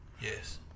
Yes